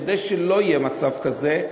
כדי שלא יהיה מצב כזה,